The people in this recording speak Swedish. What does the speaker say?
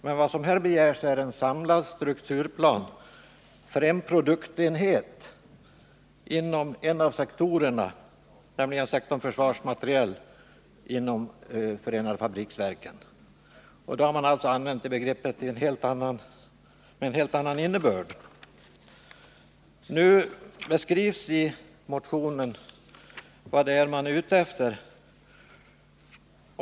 Men vad som här begärs är en samlad strukturplan för en produktenhet inom en av sektorerna, nämligen sektorn försvarsmateriel, inom förenade fabriksverken. Då har man alltså gett begreppet en helt annan innebörd. Nu beskrivs det i motionen vad man är ute efter.